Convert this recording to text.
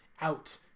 out